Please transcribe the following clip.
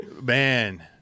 Man